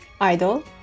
idol